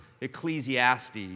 Ecclesiastes